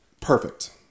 Perfect